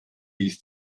ist